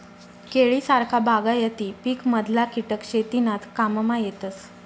केळी सारखा बागायती पिकमधला किटक शेतीनाज काममा येतस